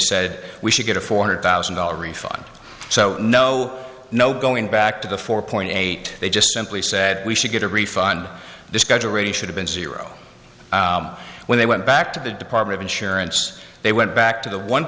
said we should get a four hundred thousand dollars refund so no no going back to the four point eight they just simply said we should get a refund the schedule really should have been zero when they went back to the department insurance they went back to the one